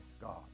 God